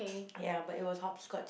ya but it was hopscotch